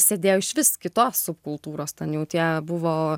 sėdėjo išvis kitos subkultūros ten jau tie buvo